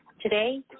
Today